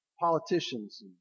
politicians